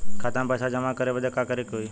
खाता मे पैसा जमा करे बदे का करे के होई?